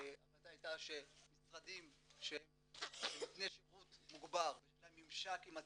ההחלטה הייתה שמשרדים שהם נותני שירות מוגבר ויש להם ממשק עם הציבור,